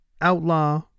outlaw